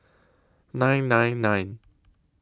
nine nine nine